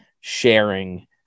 sharing